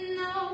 no